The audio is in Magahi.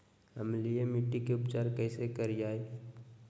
अम्लीय मिट्टी के उपचार कैसे करियाय?